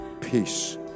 Peace